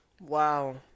Wow